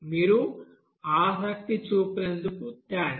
మీరు ఆసక్తి చూపినందుకు థాంక్స్